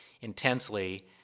intensely